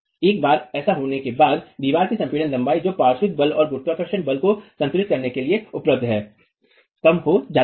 एक बार ऐसा होने के बाद दीवार की संपीड़ित लंबाई जो पार्श्व बल और गुरुत्व बल को संतुलित करने के लिए उपलब्ध है कम हो जाती है